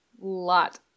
lot